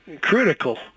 critical